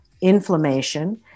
inflammation